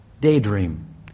daydream